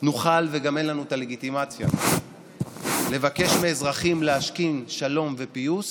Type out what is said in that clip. נוכל וגם אין לנו את הלגיטימציה לבקש מאזרחים להשכין שלום ופיוס